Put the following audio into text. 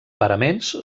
paraments